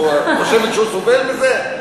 את חושבת שהוא סובל מזה?